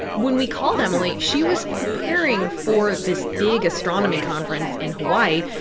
when we called emily, she was preparing for this big astronomy conference in hawaii.